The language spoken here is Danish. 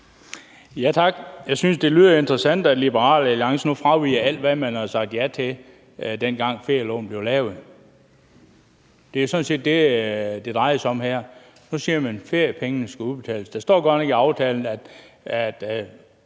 Tak. Jeg synes, det lyder interessant, at Liberal Alliance nu fraviger alt, hvad man har sagt ja til, dengang ferieloven blev lavet. Det er sådan set det, det drejer sig om her. Nu siger man, at feriepengene skal udbetales. Der står godt nok i aftalen, at